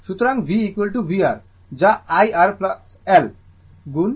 সুতরাংv vR যা i R L গুণ di dt